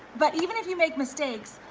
but even if you make mistakes,